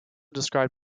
described